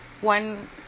One